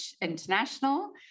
International